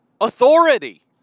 Authority